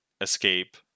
escape